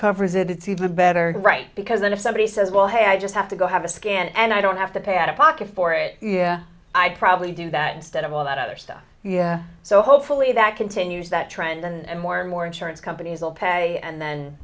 covers it it's even better right because then if somebody says well hey i just have to go have a scan and i don't have to pay out of pocket for it i'd probably do that instead of all that other stuff so hopefully that continues that trend and more and more insurance companies will pay and then